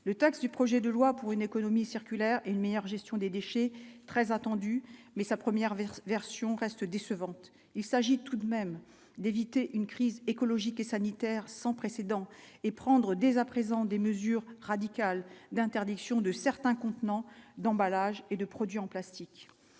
le texte du projet de loi pour une économie circulaire et une meilleure gestion des déchets très attendu mais sa première version restent décevantes, il s'agit tout de même d'éviter une crise écologique et sanitaire sans précédent et prendre dès à présent, des mesures radicales d'interdiction de certains contenants d'emballage et de produits en plastique